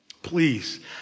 Please